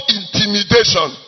intimidation